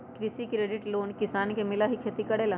कृषि credit loan किसान के मिलहई खेती करेला?